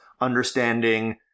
understanding